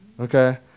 Okay